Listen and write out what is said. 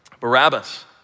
Barabbas